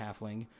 halfling